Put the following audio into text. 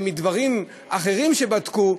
שמדברים אחרים שבדקו,